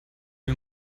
wie